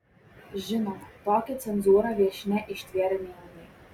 žinoma tokią cenzūrą viešnia ištvėrė neilgai